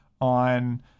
on